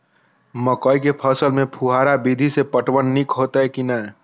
मकई के फसल में फुहारा विधि स पटवन नीक हेतै की नै?